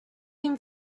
been